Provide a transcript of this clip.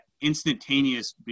instantaneous